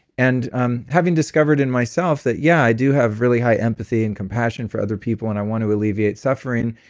and um having discovered in myself that yeah, i do have really high empathy and compassion for other people, and i want to alleviate suffering,